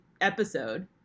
episode